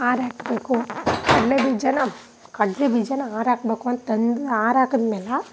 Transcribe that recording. ಆರಿ ಹಾಕಬೇಕು ಕಡಲೆ ಬೀಜನ ಕಡಲೆ ಬೀಜನ ಹಾರಾಕ್ಬೇಕು ಅಂತಂದು ಹಾರಾಕಿದ್ಮೇಲೆ